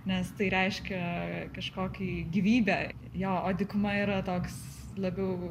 nes tai reiškia kažkokį gyvybę jo o dykuma yra toks labiau